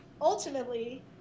ultimately